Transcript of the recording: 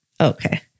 Okay